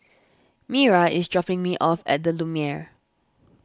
Mira is dropping me off at the Lumiere